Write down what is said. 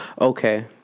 Okay